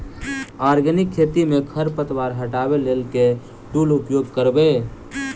Organic खेती मे खरपतवार हटाबै लेल केँ टूल उपयोग करबै?